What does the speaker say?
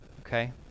Okay